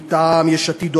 מטעם יש עתיד,